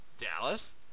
Dallas